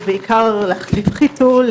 בעיקר להחליף חיתול,